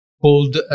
Called